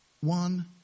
one